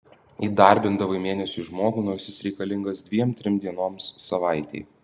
įdarbindavai mėnesiui žmogų nors jis reikalingas dviem trim dienoms savaitei